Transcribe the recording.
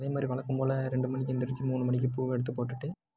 அதே மாதிரி வழக்கம் போல் ரெண்டு மணிக்கு எந்திரிச்சு மூணு மணிக்கு பூவை எடுத்து போட்டுட்டு